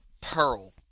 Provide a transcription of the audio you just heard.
Pearl